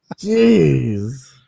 Jeez